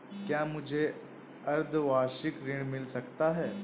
क्या मुझे अर्धवार्षिक ऋण मिल सकता है?